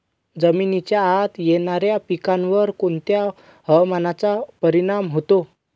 जमिनीच्या आत येणाऱ्या पिकांवर कोणत्या हवामानाचा परिणाम होतो?